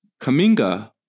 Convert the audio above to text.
Kaminga